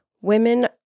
women